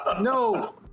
no